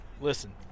Listen